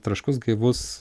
traškus gaivus